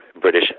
British